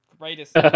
greatest